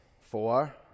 Four